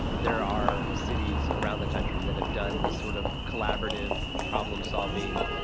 there are cities around the country that have done this sort of collaborative problem solving